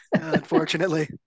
unfortunately